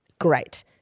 great